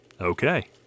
Okay